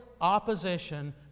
opposition